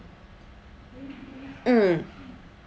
mm